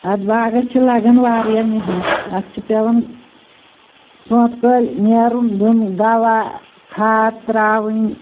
اَتھ باغس چھِ لگان واریاہ محنت اَتھ چھُ پیٚوان سونٛتہٕ کٲلۍ نیرُن دیٛن دوا کھاد ترٛاوٕنۍ